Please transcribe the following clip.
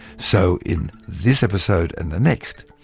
so, in this episode and the next,